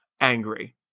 angry